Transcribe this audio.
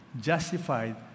justified